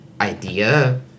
idea